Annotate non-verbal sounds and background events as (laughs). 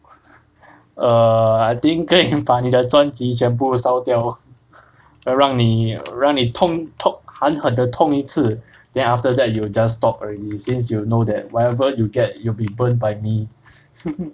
(laughs) err I think 可以把你的专辑全部烧掉 lor 让你让你痛痛狠狠的痛一次 then after that you will just stop already since you know that whatever you get it will be burnt by me (laughs)